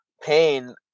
pain